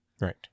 Right